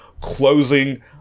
closing